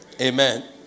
Amen